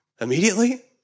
immediately